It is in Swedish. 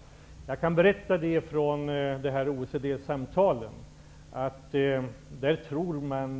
Från OECD-samtalen kan jag berätta att man